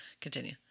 Continue